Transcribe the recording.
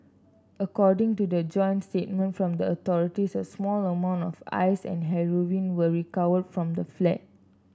according to the joint statement from the authorities a small amount of Ice and heroin were recovered from the flat